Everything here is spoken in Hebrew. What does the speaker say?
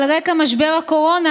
על רקע משבר הקורונה,